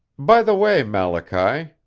by the way, malachy,